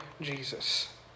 Jesus